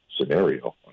scenario